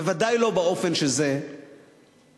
בוודאי לא באופן שזה קורה,